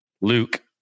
luke